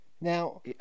Now